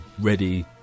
ready